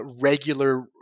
regular